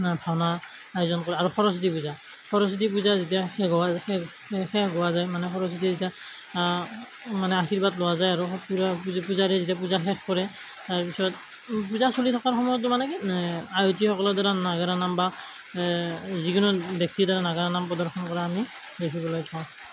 নাট ভাওনা আয়োজন কৰে আৰু সৰস্বতী পূজা সৰস্বতী পূজা যেতিয়া শেষ হোৱাৰ শেষ শেষ শেষ হোৱা যায় মানে সৰস্বতী এতিয়া মানে আৰ্শীবাদ লোৱা যায় আৰু পূজা পূজাৰীয়ে যেতিয়া পূজা শেষ কৰে তাৰপিছত পূজা চলি থকাৰ সময়তো মানে কি আয়তীসকলৰ দ্বাৰা নাগাৰা নাম বা যিকোনো ব্যক্তিৰ দ্বাৰা নাগাৰা নাম প্ৰদৰ্শন কৰা আমি দেখিবলৈ পাওঁ